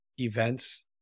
events